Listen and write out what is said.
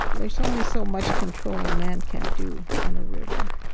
there's only so much control a man can do on a river.